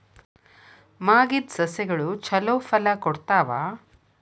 ಮಾಗಿದ್ ಸಸ್ಯಗಳು ಛಲೋ ಫಲ ಕೊಡ್ತಾವಾ?